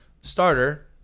starter –